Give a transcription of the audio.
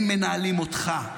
הם מנהלים אותך.